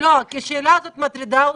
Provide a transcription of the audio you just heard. לא, כי השאלה הזו מטרידה אותי.